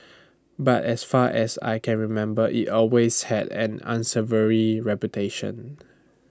but as far as I can remember IT always had an unsavoury reputation